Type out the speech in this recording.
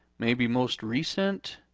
maybe most recent?